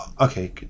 okay